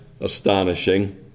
astonishing